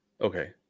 Okay